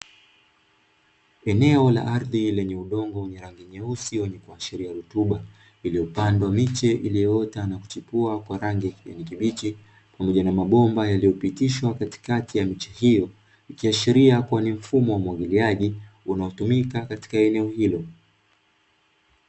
Eneo la ardhi lenye udongo wenye rangi nyeusi yenye kuashiria rutuba, iliyopandwa miche iliyoota na kuchipua kwa rangi kwenye kibichi pamoja na mabomba yaliyopitishwa katikati ya michi hiyo. Ikiashiria kuwa ni mfumo wa umwagiliaji unaotumika katika eneo hilo.